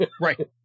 Right